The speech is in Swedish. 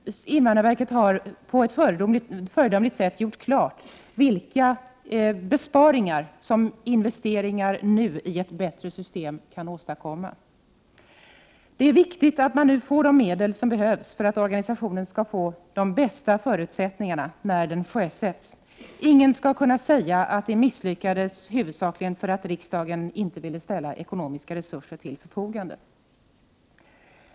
Invandrarverket har på ett föredömligt sätt gjort klart vilka besparingar som investeringar nu i ett bättre system kan åstadkomma. Det är viktigt att man nu får de medel som behövs för att organisationen skall få de bästa förutsättningarna när den sjösätts. Ingen skall kunna säga att det huvudsakligen misslyckades därför att riksdagen inte ville ställa ekonomiska resurser till förfogande.